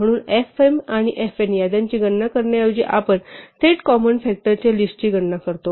म्हणून fm आणि fn याद्यांची गणना करण्याऐवजी आपण थेट कॉमन फ़ॅक्टरच्या लिस्टची गणना करतो